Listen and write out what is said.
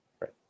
Right